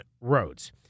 Roads